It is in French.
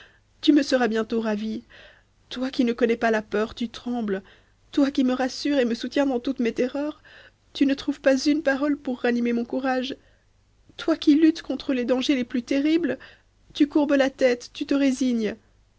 tu me seras bientôt ravi toi qui ne connais pas la peur tu trembles toi qui me rassures et me soutiens dans toutes mes terreurs tu ne trouves pas une parole pour ranimer mon courage toi qui luttes contre les dangers les plus terribles tu courbes la tête tu te résignes